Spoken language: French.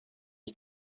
est